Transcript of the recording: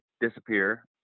disappear